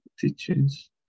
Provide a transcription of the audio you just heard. Teachings